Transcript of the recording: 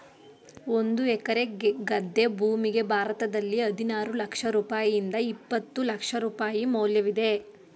ಒಂದು ಎಕರೆ ಗದ್ದೆ ಭೂಮಿಗೆ ಭಾರತದಲ್ಲಿ ಹದಿನಾರು ಲಕ್ಷ ರೂಪಾಯಿಯಿಂದ ಇಪ್ಪತ್ತು ಲಕ್ಷ ರೂಪಾಯಿ ಮೌಲ್ಯವಿದೆ